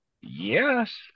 yes